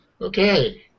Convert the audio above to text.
Okay